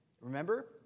Remember